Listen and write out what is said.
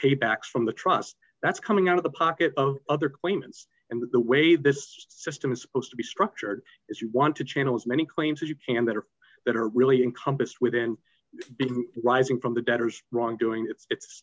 payback from the trust that's coming out of the pocket of other claimants and the way this system is supposed to be structured if you want to channel as many claims as you can that are that are really in compass within big rising from the debtors wrong doing its